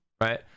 right